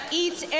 eats